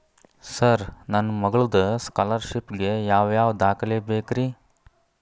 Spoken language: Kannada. ಸರ್ ನನ್ನ ಮಗ್ಳದ ಸ್ಕಾಲರ್ಷಿಪ್ ಗೇ ಯಾವ್ ಯಾವ ದಾಖಲೆ ಬೇಕ್ರಿ?